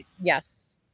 yes